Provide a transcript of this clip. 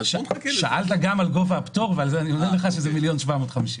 מדרגות, ואנחנו לא נוגעים בהן במסגרת התיקון.